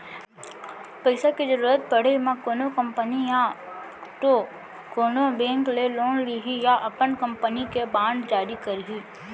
पइसा के जरुरत पड़े म कोनो कंपनी या तो कोनो बेंक ले लोन लिही या अपन कंपनी के बांड जारी करही